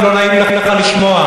אם לא נעים לך לשמוע.